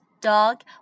dog